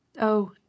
Oh